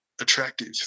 attractive